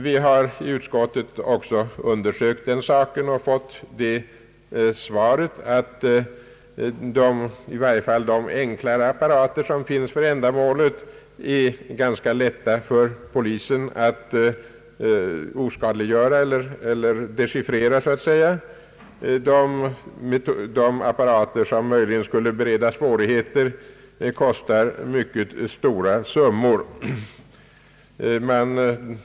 Vi har i utskottet också undersökt den saken och fått beskedet att i varje fall den scrambling som kan åstadkommas med de enklare apparater som finns för ändamålet ganska lätt kan dechiffreras av polisen. De apparater som möjligen skulle kunna bereda svårigheter kostar mycket stora pengar.